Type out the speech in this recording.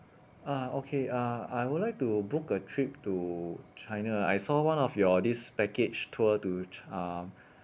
ah okay ah I would like to book a trip to china I saw one of your this package tour to chi~ uh